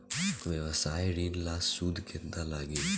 व्यवसाय ऋण ला सूद केतना लागी?